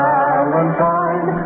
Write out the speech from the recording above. Valentine